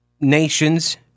nations